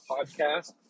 podcast